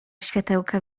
światełka